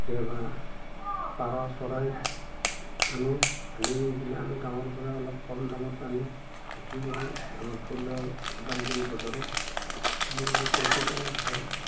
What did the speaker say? কেতিয়াবা পাৰ চৰাই আনোঁ আনি এইবিলাক আমি গাঁৱৰপৰা অলপ কম দামত আনি বিক্ৰী কৰোঁ আমাৰ থলুৱা ওদালগুৰি বজাৰত সেনেকৈয়ে প্ৰফিট অলপ হয়